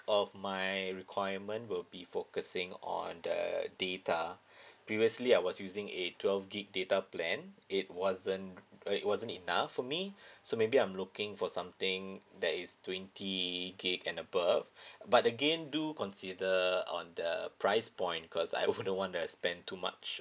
of my requirement will be focusing on the data previously I was using a twelve gig data plan it wasn't it wasn't enough for me so maybe I'm looking for something that is twenty gig and above but again do consider on the price point because I also don't want to spend too much